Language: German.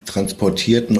transportierten